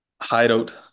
Hideout